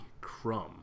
Crumb